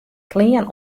klean